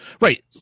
Right